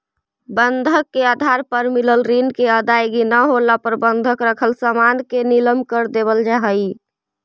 बंधक के आधार पर मिलल ऋण के अदायगी न होला पर बंधक रखल सामान के नीलम कर देवल जा हई